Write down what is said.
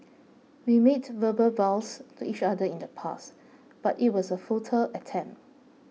we made verbal vows to each other in the past but it was a futile attempt